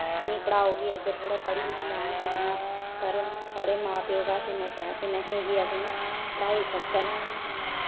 इनें ई पढ़ाओ कि अग्गे थोह्ड़ा पढ़ी लिखी लैन कुड़ियां पर साढ़े मां प्यो कच्छ इन्ने पैसे नेहे कि असेंई पढ़ाई सकन